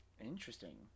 Interesting